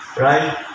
Right